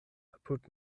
apud